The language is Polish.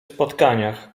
spotkaniach